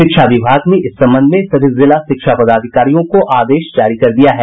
शिक्षा विभाग ने इस संबंध में सभी जिला शिक्षा पदाधिकारियों को आदेश जारी कर दिया है